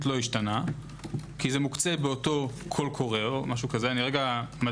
לא השתנה כי זה מוקצה באותו קול קורא או משהו כזה אני